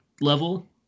level